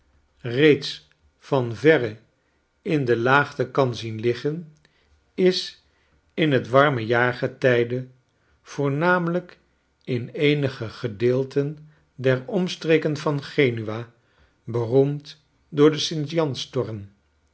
reeds van verre in de laagte kan zien liggen is in het warme jaargetijde voornamelijk in eenige gedeelten der omstreken van genua beroemd door de st